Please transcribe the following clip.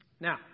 Now